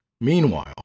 Meanwhile